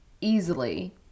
easily